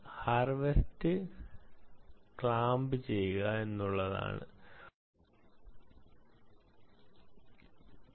harvest clamp ചെയ്യുക എന്നുള്ളത് ഒരു പ്രശ്നമാണ് ഇതെവിടെ സ്ഥാപിക്കും എന്നുള്ളതും